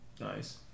Nice